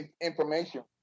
information